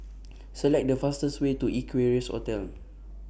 Select The fastest Way to Equarius Hotel